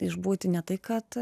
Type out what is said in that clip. išbūti ne tai kad